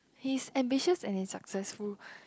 he's ambitious and he's successful